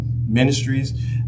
ministries